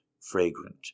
fragrant